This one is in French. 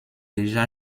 déjà